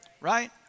right